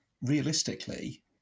realistically